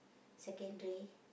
secondary